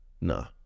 No